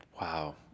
Wow